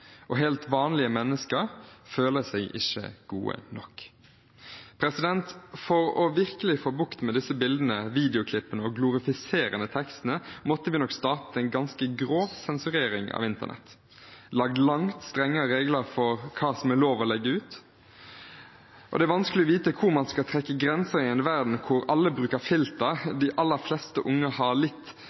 og helt vanlige mennesker føler seg ikke gode nok. For virkelig å få bukt med disse bildene, videoklippene og glorifiserende tekstene måtte vi nok startet en ganske grov sensurering av internett og lagd langt strengere regler for hva som er lov å legge ut. Og det er vanskelig å vite hvor man skal trekke grenser i en verden hvor alle bruker filter. De aller fleste unge har litt